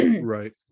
right